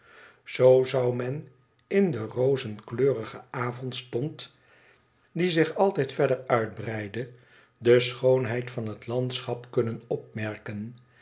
zoo zou men in den rozenkleurigen avondstond die zich altijd verder uitbreidde de schoonheid van het landschap kunnen opmerken